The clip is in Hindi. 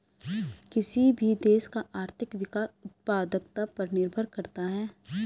किसी भी देश का आर्थिक विकास उत्पादकता पर निर्भर करता हैं